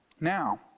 Now